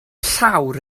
llawr